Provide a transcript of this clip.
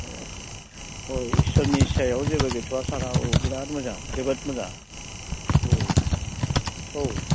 अ अ इसोरनि सायाव जेबो गैथ'आबा सारआ औ बिराद मोजां जोबोद मोजां औ औ